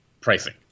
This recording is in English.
pricing